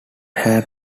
had